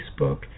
Facebook